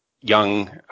young